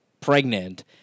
pregnant